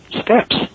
steps